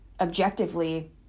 objectively